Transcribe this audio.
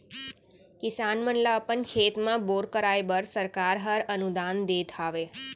किसान मन ल अपन खेत म बोर कराए बर सरकार हर अनुदान देत हावय